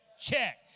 check